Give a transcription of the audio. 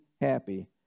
happy